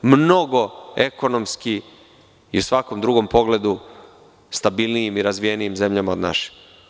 Mnogo ekonomski i u svakom drugom pogledu stabilnijim i razvijenim zemljama od naše.